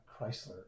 chrysler